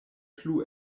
plu